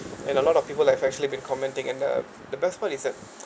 and a lot of people like freshly been commenting and the the best part is that